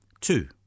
Two